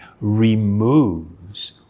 removes